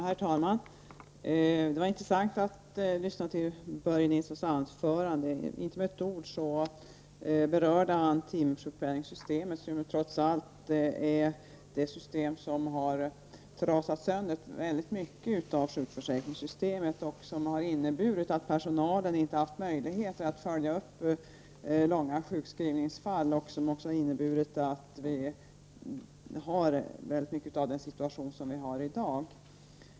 Herr talman! Det var intressant att lyssna till Börje Nilssons anförande. Inte med ett ord berörde han timsjukpenningssystemet, som ju trots allt är det system som har trasat sönder mycket av sjukförsäkringssystemet och som har inneburit att personalen inte haft möjligheter att följa upp långa sjukskrivningsfall. Det är grunden till mycket av den situation vi i dag har.